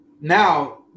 Now